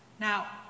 Now